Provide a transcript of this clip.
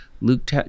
Luke